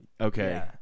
Okay